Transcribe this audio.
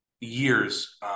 years